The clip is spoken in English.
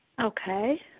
Okay